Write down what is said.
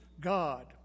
God